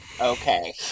Okay